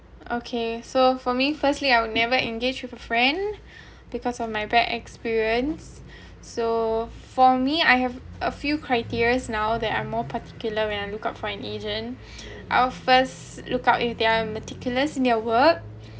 okay so for me firstly I would never engage with a friend because of my bad experience so for me I have a few criteria now that I more particular when I look out for an agent I'll first lookout in their meticulous in their work